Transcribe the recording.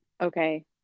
Okay